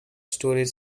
storage